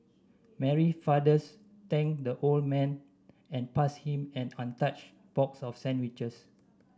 Mary fathers thanked the old man and passed him an untouched box of sandwiches